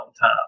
time